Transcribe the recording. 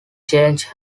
changed